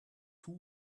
too